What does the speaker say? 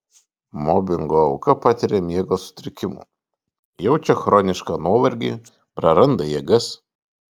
mobingo auka patiria miego sutrikimų jaučia chronišką nuovargį praranda jėgas